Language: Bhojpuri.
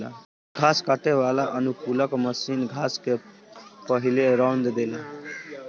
घास काटे वाला अनुकूलक मशीन घास के पहिले रौंद देला